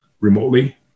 remotely